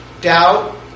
doubt